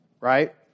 right